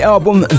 album